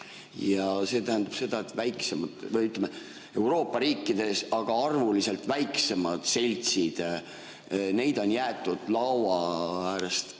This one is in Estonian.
See tähendab seda, et väiksemad, ütleme, Euroopa riikides arvuliselt väiksemad seltsid on jäetud laua äärest